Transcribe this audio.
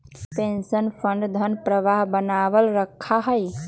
pension fund धन प्रवाह बनावल रखा हई